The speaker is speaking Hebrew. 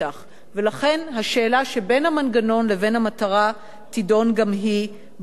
ולכן השאלה שבין המנגנון לבין המטרה תידון גם היא בוועדה.